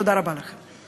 תודה רבה לכם.